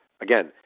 again